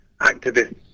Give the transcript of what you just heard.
activists